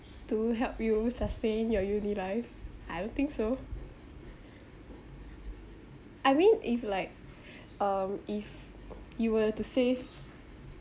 to help you sustain your uni life I don't think so I mean if like um if you were to save